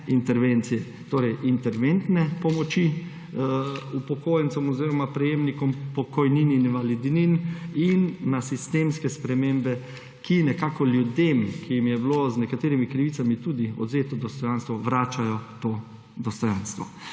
intervencije, torej interventne pomoči upokojencem oziroma prejemnikom pokojnin in invalidnin, in na sistemske spremembe, ki nekako ljudem, katerim je bilo z nekaterimi krivicami tudi odvzeto dostojanstvo, vračajo to dostojanstvo.